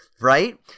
right